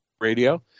radio